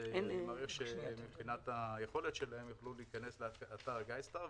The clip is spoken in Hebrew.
אני מעריך שיוכלו להיכנס לאתר גיידסטאר.